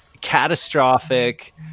catastrophic